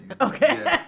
Okay